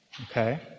Okay